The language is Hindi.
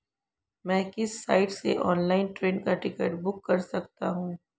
मैं किस साइट से ऑनलाइन ट्रेन का टिकट बुक कर सकता हूँ?